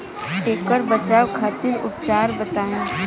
ऐकर बचाव खातिर उपचार बताई?